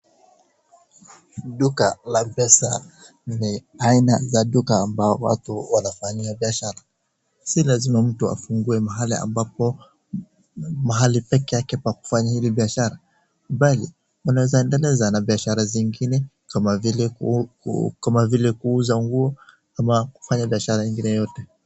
Duka la Mpesa ni aina za duka ambao watu wanafanyia biashara. Si lazima mtu afungue mahali peke yake pa kufanya hili biashara mbali unaeza endeleza na biashara zingine kama vile kuuza nguo ama kufanya biashara ingine yoyote.